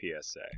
PSA